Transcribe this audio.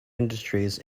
industries